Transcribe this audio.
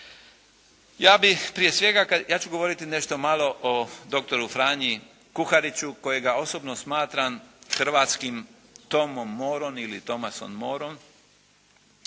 ja ću govoriti nešto malo o doktoru Franji Kuhariću kojega osobno smatram hrvatskim Tomom Morom ili Thomasom Mooreom.